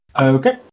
Okay